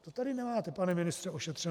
To tady nemáte, pane ministře, ošetřeno.